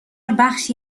بخشی